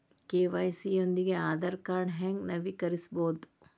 KYC ಯೊಂದಿಗ ಆಧಾರ್ ಕಾರ್ಡ್ನ ಹೆಂಗ ನವೇಕರಿಸಬೋದ